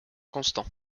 constant